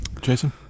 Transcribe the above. Jason